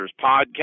Podcast